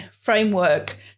framework